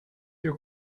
your